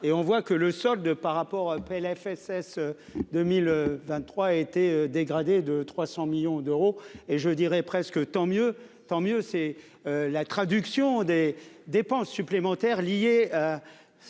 et on voit que le solde par rapport au PLFSS 2023 a été dégradé de 300 millions d'euros. Et je dirais presque, tant mieux, tant mieux, c'est la traduction des dépenses supplémentaires liées à